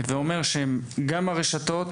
הווה אומר שהם גם הרשתות,